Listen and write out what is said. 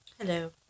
Hello